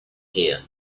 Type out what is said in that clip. here